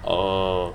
err